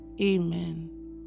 Amen